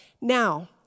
Now